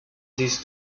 these